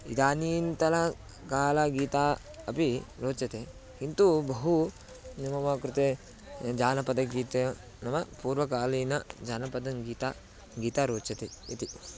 इदानीन्तनकालगीतम् अपि रोचते किन्तु बहु मम कृते जानपदगीतम् नाम पूर्वकालेन जानपदसङ्गीतम् गीतं रोचते इति